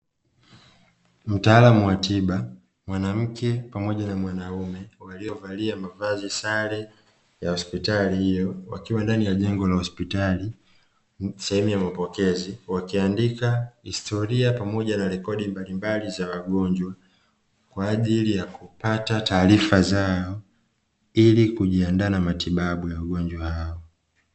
Mtaalamu wa tiba mwanamke pamoja na mwanaume waliovalia mavazi sare ya hospitali hiyo wakiwa ndani ya jengo la hospitali sehemu ya mapokezi, wakiandika historia pamoja na rekodi mbalimbali za wagonjwa kwa ajili ya kupata taarifa zao ili kujiandaa na matibabu ya ugonjwa hao.